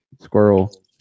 Squirrel